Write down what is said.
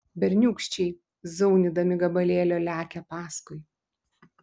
berniūkščiai zaunydami gabalėlio lekia paskui